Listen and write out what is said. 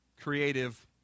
creative